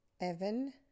Evan